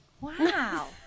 wow